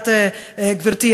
גברתי,